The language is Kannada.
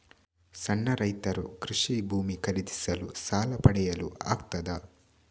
ಸಣ್ಣ ರೈತರು ಕೃಷಿ ಭೂಮಿ ಖರೀದಿಸಲು ಸಾಲ ಪಡೆಯಲು ಆಗ್ತದ?